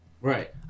Right